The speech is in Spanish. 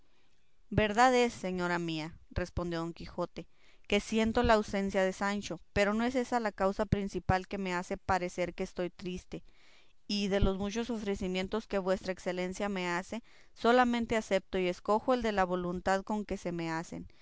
verdad es señora mía respondió don quijote que siento la ausencia de sancho pero no es ésa la causa principal que me hace parecer que estoy triste y de los muchos ofrecimientos que vuestra excelencia me hace solamente acepto y escojo el de la voluntad con que se me hacen